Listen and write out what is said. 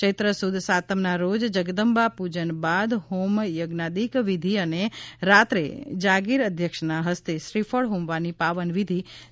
ચૈત્ર સુદ સાતમના રોજ જગદંબા પૂજન બાદ હોમ યજ્ઞાદિક વિધિ અને રાત્રે જાગીર અધ્યક્ષના હસ્તે શ્રીફળ હોમવાની પાવન વિધિ સંપન્ન કરવામાં આવશે